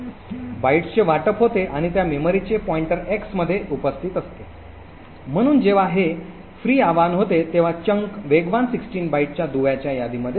बाइट्सचे वाटप होते आणि त्या मेमरीचे पॉईंटर एक्स मध्ये उपस्थित असते म्हणून जेव्हा हे विनामूल्य आवाहन होते तेव्हा चंक वेगवान 16 बाइटच्या दुव्याच्या यादीमध्ये जोडला जातो